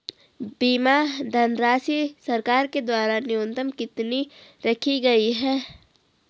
बीमा धनराशि सरकार के द्वारा न्यूनतम कितनी रखी गई है?